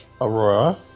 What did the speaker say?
Aurora